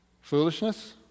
Foolishness